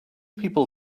people